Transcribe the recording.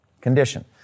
Condition